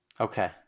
Okay